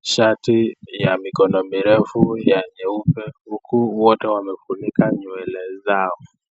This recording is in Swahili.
shati ya mikono refu ya nyeupe huku wote wamefunika nywele zao.